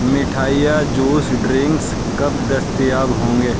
میٹھائیاں juice drinks کب دستیاب ہوں گے